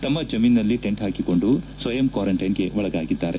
ತಮ್ಮ ಜಮೀನಿನಲ್ಲಿ ಟೆಂಟ್ ಹಾಕಿಕೊಂಡು ಸ್ವಯಂ ಕ್ವಾರಂಟೈನ್ಗೆ ಒಳಗಾಗಿದ್ದಾರೆ